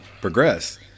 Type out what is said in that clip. progress